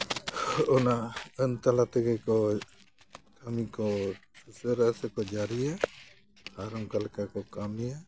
ᱚᱱᱟ ᱟᱹᱱ ᱛᱟᱞᱟ ᱛᱮᱜᱮ ᱠᱚ ᱠᱟᱹᱢᱤ ᱠᱚ ᱥᱩᱥᱟᱹᱨᱟ ᱥᱮᱠᱚ ᱡᱟᱹᱨᱤᱭᱟ ᱟᱨ ᱚᱱᱠᱟ ᱞᱮᱠᱟ ᱠᱚ ᱠᱟᱹᱢᱤᱭᱟ